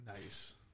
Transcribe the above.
Nice